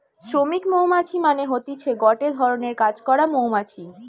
শ্রমিক মৌমাছি মানে হতিছে গটে ধরণের কাজ করা মৌমাছি